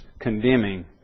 condemning